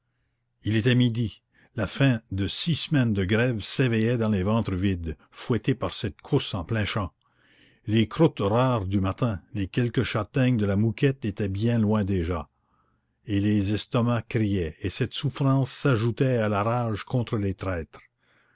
il était midi la faim des six semaines de grève s'éveillait dans les ventres vides fouettée par cette course en plein champ les croûtes rares du matin les quelques châtaignes de la mouquette étaient loin déjà et les estomacs criaient et cette souffrance s'ajoutait à la rage contre les traîtres